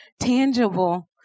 tangible